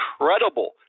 incredible